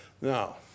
Now